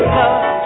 love